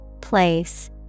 Place